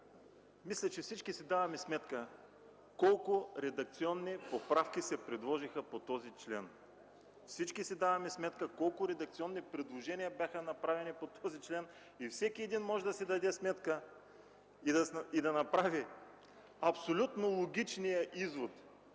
Мисля, че всички си даваме сметка колко редакционни поправки се предложиха по този член. Всички си даваме сметка колко редакционни предложения бяха направени по този текст и всеки един може да си даде сметка и да направи абсолютно логичния извод,